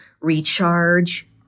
recharge